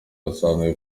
birasanzwe